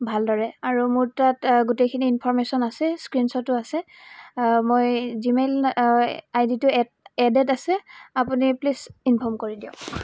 ভালদৰে আৰু মোৰ তাত গোটেইখিনি ইনফৰ্মেশ্যন আছে স্ক্ৰীনশ্বটো আছে মই জিমেইল আইডিটো এ এডেড আছে আপুনি প্লিজ ইনফৰ্ম কৰি দিয়ক